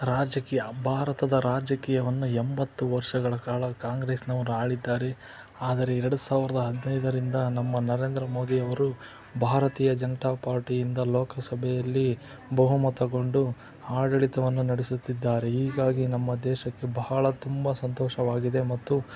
ರಾಜಕೀಯ ಭಾರತದ ರಾಜಕೀಯವನ್ನು ಎಂಬತ್ತು ವರ್ಷಗಳ ಕಾಲ ಕಾಂಗ್ರೆಸ್ನವರು ಆಳಿದ್ದಾರೆ ಆದರೆ ಎರಡು ಸಾವಿರದ ಹದಿನೈದರಿಂದ ನಮ್ಮ ನರೇಂದ್ರ ಮೋದಿಯವರು ಭಾರತೀಯ ಜನತಾ ಪಾರ್ಟಿಯಿಂದ ಲೋಕಸಭೆಯಲ್ಲಿ ಬಹುಮತಗೊಂಡು ಆಡಳಿತವನ್ನು ನಡೆಸುತ್ತಿದ್ದಾರೆ ಹೀಗಾಗಿ ನಮ್ಮ ದೇಶಕ್ಕೆ ಬಹಳ ತುಂಬ ಸಂತೋಷವಾಗಿದೆ ಮತ್ತು